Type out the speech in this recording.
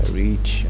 reach